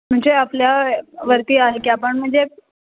म्हणजे आपल्या वरती आहे की आपण म्हणजे